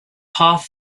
half